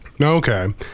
Okay